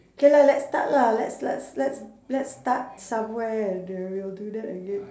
K lah let's start lah let's let's let's let's start somewhere at the we'll do that again